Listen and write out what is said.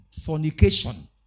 Fornication